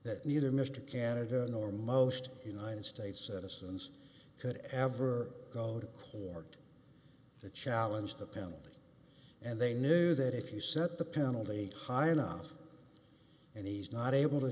that needed mr canada nor most united states citizens could ever go to court to challenge the penalty and they knew that if you set the penalty high enough and he's not able to